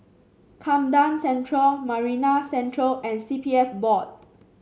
Camden Central Marina Central and C P F Board